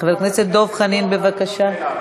חבר הכנסת דב חנין, בבקשה.